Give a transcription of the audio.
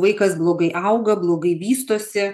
vaikas blogai auga blogai vystosi